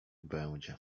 będzie